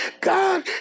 God